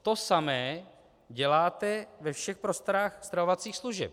To samé děláte ve všech prostorách stravovacích služeb.